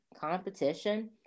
competition